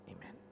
Amen